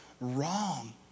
wrong